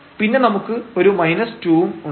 പിന്നെ നമുക്ക് ഒരു 2 ഉണ്ട്